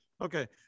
Okay